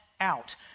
out